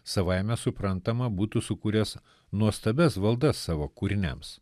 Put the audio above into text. savaime suprantama būtų sukūręs nuostabias valdas savo kūriniams